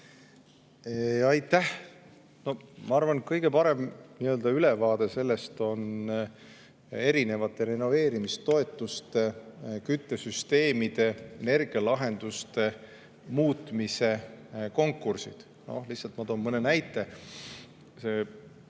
Aitäh! Ma arvan, et kõige parem ülevaate sellest annavad renoveerimistoetuste, küttesüsteemide, energialahenduste muutmise konkursid. Lihtsalt ma toon mõne näite. See